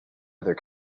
other